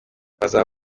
bazaba